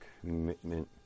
commitment